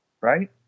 Right